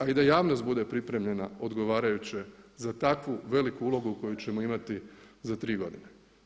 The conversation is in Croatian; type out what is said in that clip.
A i da javnost bude pripremljena odgovarajuće za takvu veliku ulogu koju ćemo imati za 3 godine.